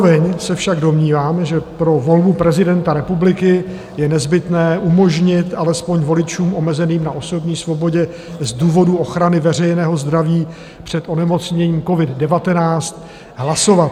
Zároveň se však domníváme, že pro volbu prezidenta republiky je nezbytné umožnit alespoň voličům omezeným na osobní svobodě z důvodu ochrany veřejného zdraví před onemocněním covid19 hlasovat.